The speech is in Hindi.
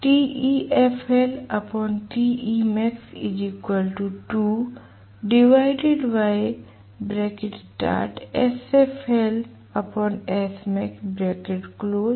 तो यह 100 किलो वाट है